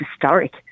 historic